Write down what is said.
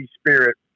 spirit